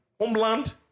Homeland